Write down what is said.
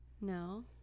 No